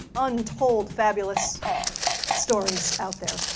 untold fabulous stories out there,